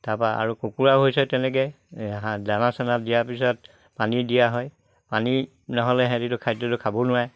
তাৰপা আৰু কুকুৰাও হৈছে তেনেকে দানা চানা দিয়াৰ পিছত পানী দিয়া হয় পানী নহ'লে হেৰিটো খাদ্যটো খাব নোৱাৰে